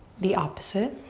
the opposite.